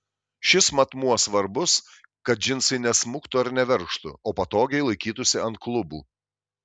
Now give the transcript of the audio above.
šis matmuo svarbus kad džinsai nesmuktų ar neveržtų o patogiai laikytųsi ant klubų